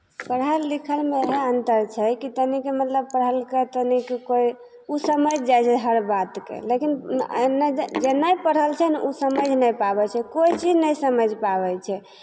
पढ़ल लिखलमे इएह अन्तर छै कि तनिक मतलब पढ़लका तनिक कोइ ओ समैझ जाइ छै हर बातके लेकिन ऐन्ने जे जे नहि पढ़ल छै ने ओ समैझ नहि पाबै छै कोइ चीज नहि समैझ पाबै छै